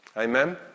Amen